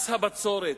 מס הבצורת,